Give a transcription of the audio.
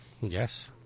Yes